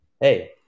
Hey